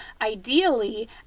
Ideally